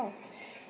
themselves